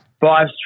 Five